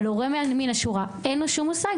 אבל להורה מן השורה אין שום מושג,